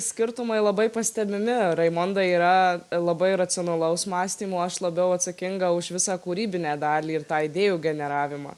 skirtumai labai pastebimi raimonda yra labai racionalaus mąstymo aš labiau atsakinga už visą kūrybinę dalį ir tą idėjų generavimą